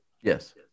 yes